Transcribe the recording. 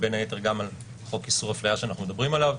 ובין היתר גם על חוק איסור הפליה שאנחנו מדברים עליו.